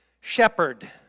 shepherd